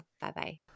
Bye-bye